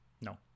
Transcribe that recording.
No